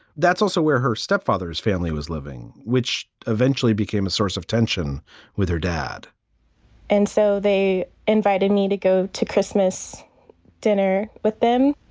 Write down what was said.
that's also where her stepfather's family was living, which eventually became a source of tension with her dad and so they invited me to go to christmas dinner with them.